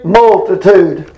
multitude